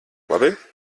labi